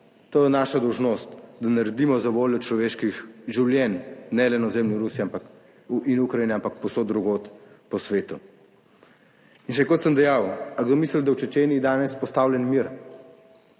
To je naša dolžnost, da naredimo zavoljo človeških življenj, ne le na ozemlju Rusije, ampak in Ukrajine, ampak povsod drugod po svetu. In še, kot sem dejal, ali kdo misli, da v Čečeniji danes vzpostavljen mir?